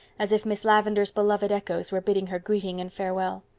as if miss lavendar's beloved echoes were bidding her greeting and farewell.